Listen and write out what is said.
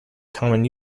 common